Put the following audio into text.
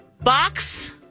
box